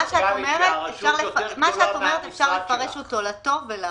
מה שאת אומרת אפשר לפרש לטוב ולרע.